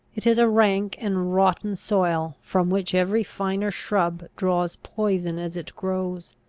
it is a rank and rotten soil, from which every finer shrub draws poison as it grows.